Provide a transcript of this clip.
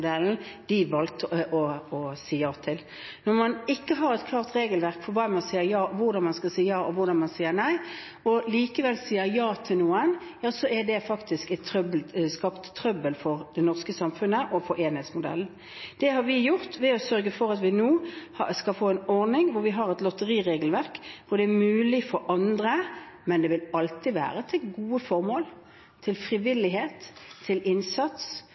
de valgte å si ja til. Når man ikke har et klart regelverk for når man skal si ja og når man skal si nei, og likevel sier ja til noen, skaper det trøbbel for det norske samfunnet og for enerettsmodellen. Det har vi gjort – ved å sørge for at vi nå skal få en ordning med et lotteriregelverk hvor det gis mulighet for andre. Men det vil alltid være til gode formål – til frivillighet, til innsats